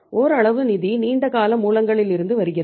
ஓரளவு நிதி நீண்ட கால மூலங்களிலிருந்து வருகிறது